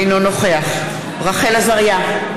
אינו נוכח רחל עזריה,